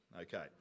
Okay